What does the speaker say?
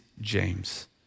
James